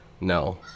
no